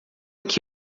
que